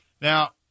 Now